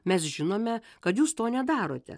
mes žinome kad jūs to nedarote